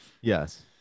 yes